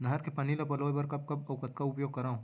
नहर के पानी ल पलोय बर कब कब अऊ कतका उपयोग करंव?